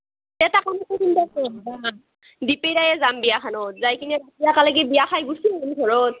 এটা কাম কৰিলে কেনে হয় দুপেৰীয়াই যাম বিয়াখনত বিয়া খাই ভাতিবেলাক লেগি গুচি আহিম ঘৰত